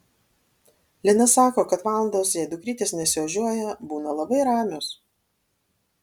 lina sako kad valandos jei dukrytės nesiožiuoja būna labai ramios